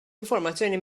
informazzjoni